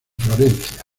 florencia